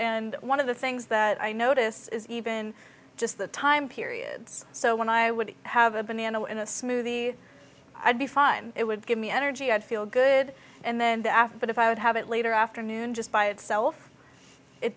and one of the things that i notice is even just the time periods so when i would have a banana in a smoothie i'd be fine it would give me energy i'd feel good and then the after that i would have it later afternoon just by itself it